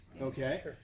Okay